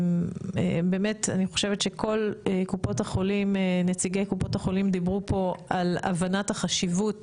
באמת אני חושבת שכל נציגי קופות החולים דיברו פה על הבנת החשיבות